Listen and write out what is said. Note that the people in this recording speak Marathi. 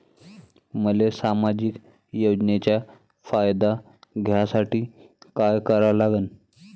मले सामाजिक योजनेचा फायदा घ्यासाठी काय करा लागन?